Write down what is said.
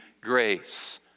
grace